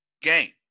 game